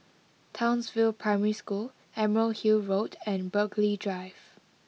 Townsville Primary School Emerald Hill Road and Burghley Drive